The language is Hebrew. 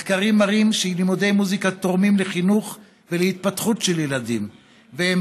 מחקרים מראים שלימודי מוזיקה תורמים לחינוך ולהתפתחות של ילדים והם